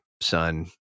son